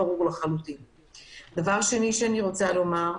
דבר שני שאני שרוצה לומר: